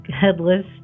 headless